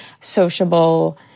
sociable